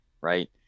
right